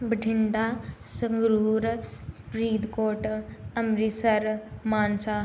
Bathinda Sangrur Faridkot Amritsar Mansa